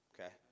Okay